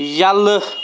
یلہٕ